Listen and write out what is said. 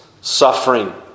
suffering